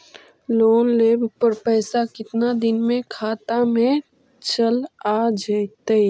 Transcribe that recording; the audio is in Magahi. लोन लेब पर पैसा कितना दिन में खाता में चल आ जैताई?